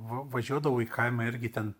važiuodavo į kaimą irgi ten